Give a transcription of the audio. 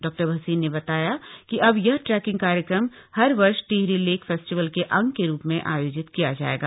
डॉ भसीन ने बताया कि अब यह ट्रैकिंग कार्यक्रम हर वर्ष टिहरी लेक फ़ेस्टिवल के अंग के रूप में आयोजित किया जायेगा